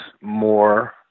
more